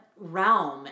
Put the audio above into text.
realm